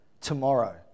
tomorrow